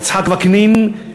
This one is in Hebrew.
יצחק וקנין,